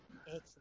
Excellent